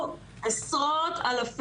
וזה עניין שהוא שאלה של סיווג העבירה.